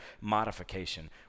modification